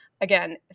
again